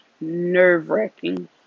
nerve-wracking